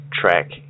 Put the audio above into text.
track